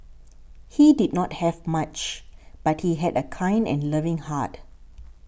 he did not have much but he had a kind and loving heart